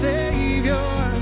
Savior